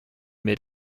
mid